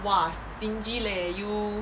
!wah! stingy leh you